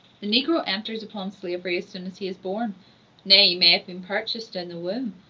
the negro enters upon slavery as soon as he is born nay, he may have been purchased in the womb,